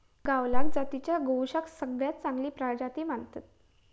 गावलाव जातीच्या गोवंशाक सगळ्यात चांगली प्रजाती मानतत